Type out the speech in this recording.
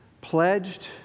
pledged